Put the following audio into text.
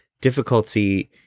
difficulty